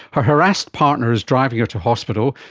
her harassed partner is driving her to hospital,